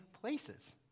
places